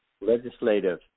legislative